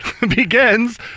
begins